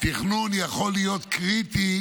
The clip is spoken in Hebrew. תכנון יכול להיות קריטי